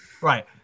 Right